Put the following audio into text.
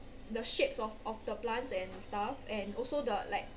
the shapes of of the plants and stuff and also the like